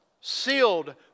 sealed